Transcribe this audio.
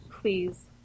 please